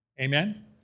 Amen